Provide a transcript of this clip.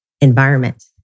environment